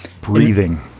breathing